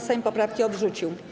Sejm poprawki odrzucił.